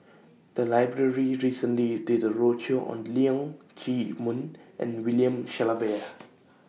The Library recently did A roadshow on Leong Chee Mun and William Shellabear